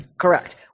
Correct